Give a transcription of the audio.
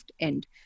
end